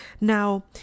now